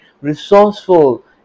resourceful